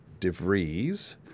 DeVries